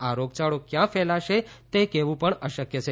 આ રોગયાળો ક્યાં ફેલાશે તે કહેવું પણ અશક્ય છે